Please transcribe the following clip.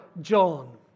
John